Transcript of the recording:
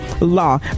law